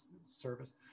service